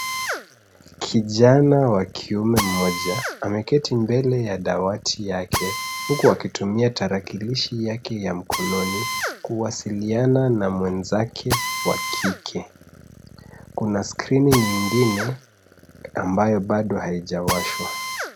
Kijana wa kiume mmoja, ameketi mbele ya dawati yake huku akitumia tarakilishi yake ya mkononi kuwasiliana na mwenzake wa kike. Kuna skrini nyingine ambayo bado haijawashwa.